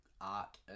art